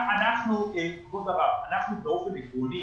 אנחנו באופן עקרוני